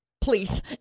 Please